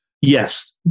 Yes